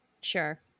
Sure